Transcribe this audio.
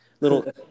little